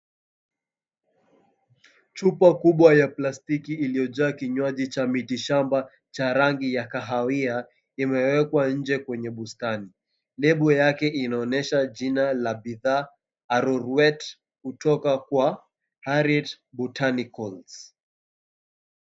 Chupa kubwa ya plastiki iliyojaa kinywaji cha miti shamba cha rangi ya kahawia imewekwa nje kwenye bustani. Label yake inaonyesha jina la bidhaa ARORWET kutoka kwa HARRIET BOTANICALS.